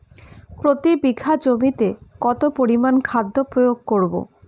প্রতি বিঘা জমিতে কত পরিমান খাদ্য প্রয়োগ করব?